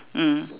mm